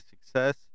success